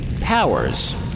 powers